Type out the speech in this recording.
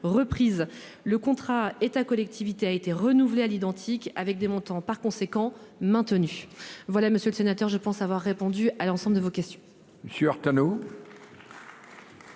reprise. Le contrat État-collectivité a été renouvelé à l'identique, avec des montants par conséquent maintenus. Monsieur le sénateur, je pense avoir répondu à l'ensemble de vos questions. La parole